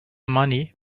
money